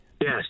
yes